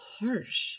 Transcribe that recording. harsh